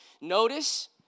Notice